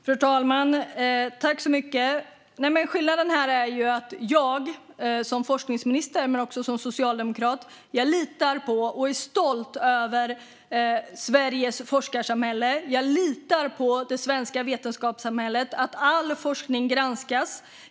Fru talman! Skillnaden här är att jag som forskningsminister, men också som socialdemokrat, litar på och är stolt över Sveriges forskarsamhälle. Jag litar på det svenska vetenskapssamhället och på att all forskning granskas.